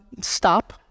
stop